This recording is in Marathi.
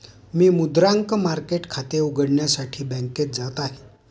मी मुद्रांक मार्केट खाते उघडण्यासाठी बँकेत जात आहे